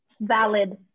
Valid